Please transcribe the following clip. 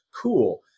cool